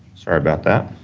sorry about that.